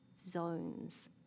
zones